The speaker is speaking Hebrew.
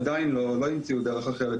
עדיין לא המציאו דרך אחרת